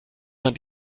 man